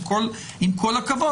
עם כל הכבוד,